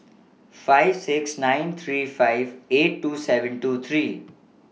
five six nine three five eight two seven two three